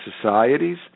societies